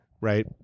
Right